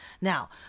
Now